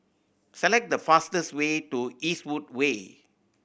select the fastest way to Eastwood Way